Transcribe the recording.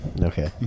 Okay